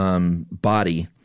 body